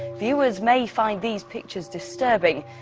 viewers may find these pictures disturbing.